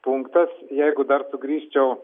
punktas jeigu dar sugrįžčiau